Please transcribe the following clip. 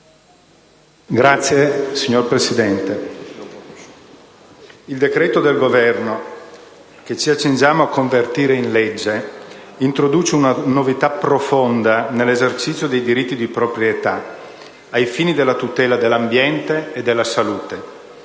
il decreto-legge che ci accingiamo a convertire in legge introduce una novità profonda nell'esercizio dei diritti di proprietà ai fini della tutela dell'ambiente e della salute.